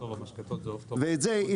את זה,